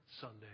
Sunday